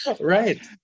Right